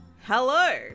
Hello